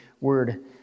word